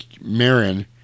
Marin